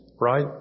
right